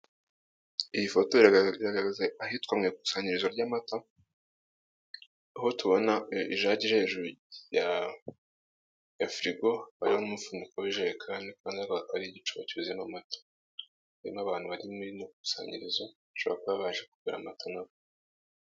Iyi foto iragaragaza ahitwa mu ikusanyirizo ry'amata, aho tubona i jage iri hejuru ya firigo harimo umufuniko w'ijerekani. Iruhande rwaho hakaba hari igicuba cyuzuyemo amata, harimo abantu bari muri musanyirizo bashobora kuba baje kugura amata nabo.